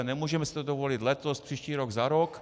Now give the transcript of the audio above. Nemůžeme si to dovolit letos, příští rok, za rok.